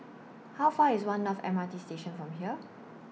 How Far IS one North M R T Station from here